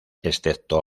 excepto